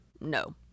no